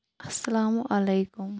السلامُ علیکُم